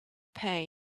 pain